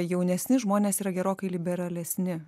jaunesni žmonės yra gerokai liberalesni